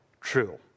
true